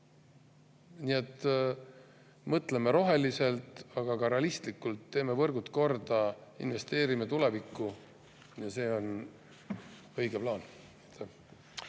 Nii et mõtleme roheliselt, aga ka realistlikult, teeme võrgud korda, investeerime tulevikku. See on õige plaan.